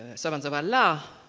servants of allah,